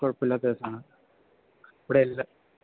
കുഴപ്പം ഇല്ലാത്ത കേസാണ് ഇവിടെ എല്ലാ